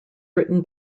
written